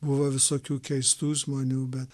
buvo visokių keistų žmonių bet